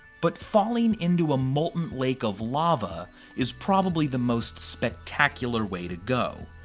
but falling into a molten lake of lava is probably the most spectacular way to go.